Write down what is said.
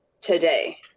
today